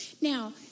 Now